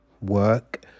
work